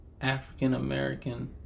african-american